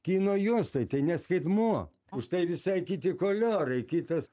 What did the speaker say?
kino juostoj tai ne skaitmuo už tai visai kiti koliorai kitas